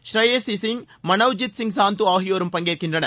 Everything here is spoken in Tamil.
ஷ்ரேயாஸி சிங் மனவ் ஜித் சிங் சாந்து ஆகியோரும் பங்கேற்கின்றனர்